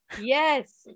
Yes